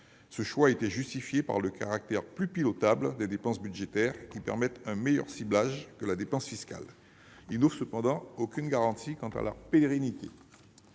Ce choix était justifié par le caractère plus « pilotable » des dépenses budgétaires, qui permettent un meilleur ciblage que la dépense fiscale. Il n'offre cependant aucune garantie quant à leur pérennité.